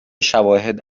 شواهد